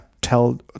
tell